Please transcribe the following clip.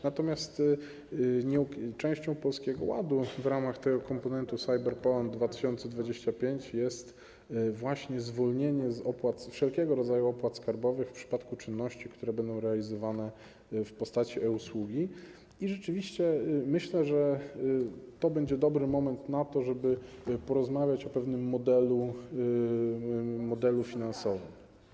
Natomiast częścią Polskiego Ładu w ramach komponentu CyberPoland 2025 jest zwolnienie z wszelkiego rodzaju opłat skarbowych w przypadku czynności, które będą realizowane w postaci e-usługi, i rzeczywiście myślę, że to będzie dobry moment na to, żeby porozmawiać o pewnym modelu finansowym.